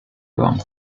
wrong